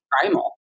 primal